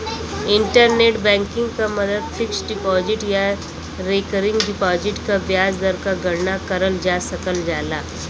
internet banking क मदद fixed deposit या रेकरिंग डिपाजिट क ब्याज दर क गणना करल जा सकल जाला